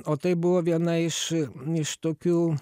o tai buvo viena iš iš tokių